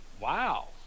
Wow